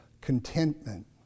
contentment